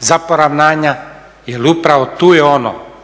za poravnanja jer upravo tu je oni